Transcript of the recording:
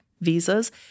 visas